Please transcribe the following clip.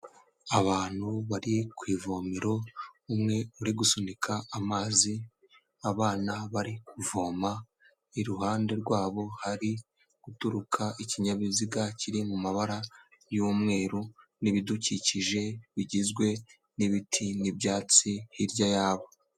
Abantu bari ku ivomero umwe uri gusunika amazi abana bari kuvoma iruhande rwabo hari guturuka ikinyabiziga kiri mu mabara y'umweru n'ibidukikije bigizwe n'ibiti n'ibyatsi hirya yabo.